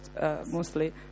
mostly